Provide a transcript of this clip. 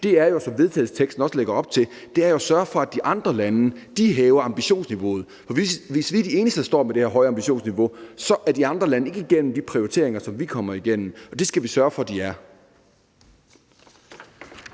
er jo, som forslaget til vedtagelse også lægger op til, at sørge for, at de andre lande hæver ambitionsniveauet, for hvis vi er de eneste, der står med det her høje ambitionsniveau, så er de andre lande ikke igennem de prioriteringer, som vi er kommet igennem, og det skal vi sørge for at de er.